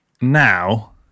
now